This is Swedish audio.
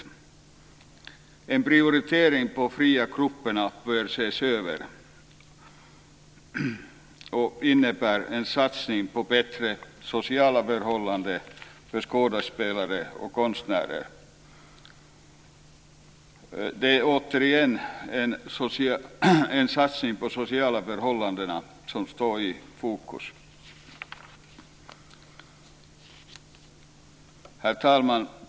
Frågan om en prioritering av de fria grupperna bör ses över innebärande en satsning på bättre sociala förhållanden för skådespelare och konstnärer. Återigen är det satsningen på de sociala förhållandena som står i fokus. Herr talman!